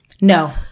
No